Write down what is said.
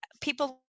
people